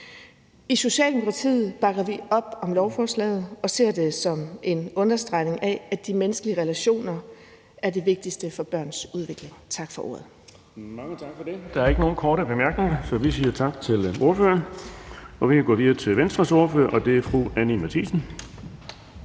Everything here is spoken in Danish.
I Socialdemokratiet bakker vi op om lovforslaget og ser det som en understregning af, at de menneskelige relationer er det vigtigste for børns udvikling. Tak for ordet.